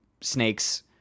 snakes